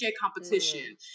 competition